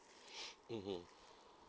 mmhmm